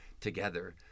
together